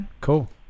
Cool